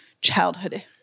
childhood